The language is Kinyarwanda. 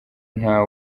nta